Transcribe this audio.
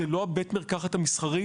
זה לא בית המרקחת המסחרי,